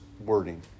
wording